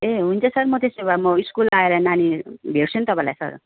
ए हुन्छ सर म त्यसो भए म स्कुल आएर नानी भेट्छु नि तपाईँलाई सर